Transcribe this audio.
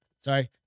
Sorry